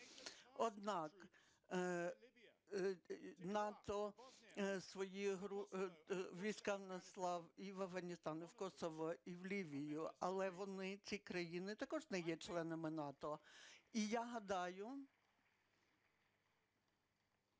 НАТО свої війська наслав і в Афганістан, і в Косово, і в Лівію, але вони, ці країни, також не є членами НАТО.